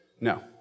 No